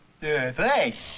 Thanks